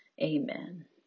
Amen